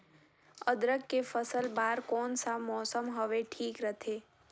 अदरक के फसल बार कोन सा मौसम हवे ठीक रथे?